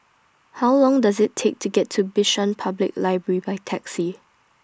How Long Does IT Take to get to Bishan Public Library By Taxi